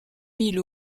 mille